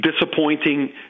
disappointing